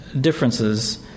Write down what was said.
differences